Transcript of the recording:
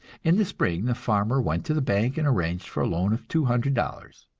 in the spring the farmer went to the bank and arranged for a loan of two hundred dollars.